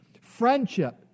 friendship